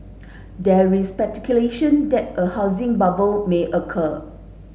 there is speculation that a housing bubble may occur